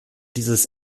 dieses